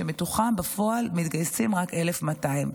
שמתוכם בפועל מתגייסים רק 1,200,